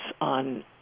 on